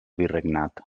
virregnat